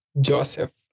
Joseph